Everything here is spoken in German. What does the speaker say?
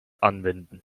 anwenden